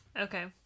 Okay